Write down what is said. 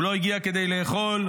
הוא לא הגיע כדי לאכול,